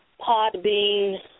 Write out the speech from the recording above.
Podbean